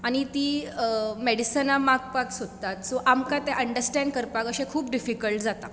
आनी ती मेडिसना मागपाक सोदतात सो आमकां ते अंडस्टेंड करपाक अशें खूब डिफिक्लट जाता